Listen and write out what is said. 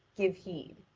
give heed.